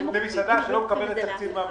למסעדה שלא מקבלת תקציב מהמדינה.